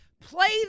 Play